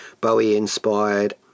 Bowie-inspired